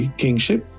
kingship